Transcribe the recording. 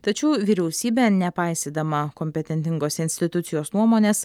tačiau vyriausybė nepaisydama kompetentingos institucijos nuomonės